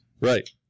Right